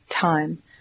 time